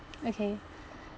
okay